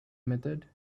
method